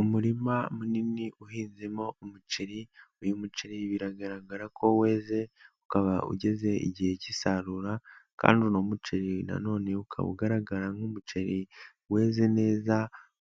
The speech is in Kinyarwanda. Umurima munini uhinzemo umuceri, uyu muceri biragaragara ko weze ukaba ugeze igihe cy'isarura kandi uno muceri nanone ukaba ugaragara nk'umuceri weze neza